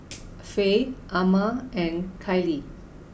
Faye Amma and Kylie